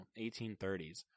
1830s